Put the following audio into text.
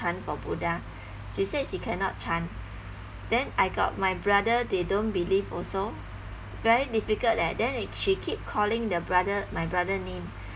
chant for buddha she says she cannot chant then I got my brother they don't believe also very difficult leh then they she keep calling the brother my brother name